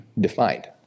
defined